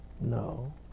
No